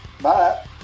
Bye